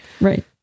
Right